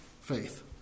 faith